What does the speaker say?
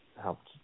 helped